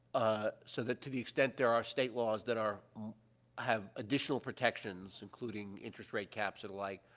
ah, so that to the extent there are state laws that are have additional protections, including interest rate caps or the like,